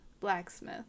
blacksmith